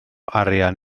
arian